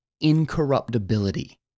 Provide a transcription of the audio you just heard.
incorruptibility